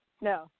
No